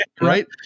right